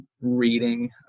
reading